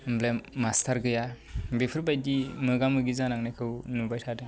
master गैया बेफोरबायदि मोगा मोगि जानांनायखौ नुबाय थादों